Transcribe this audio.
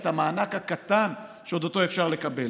את המענק הקטן שאותו עוד אפשר לקבל.